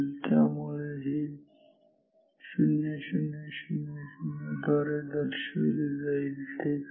त्यामुळे हे 0000 दर्शविले जाईल ठीक आहे